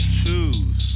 choose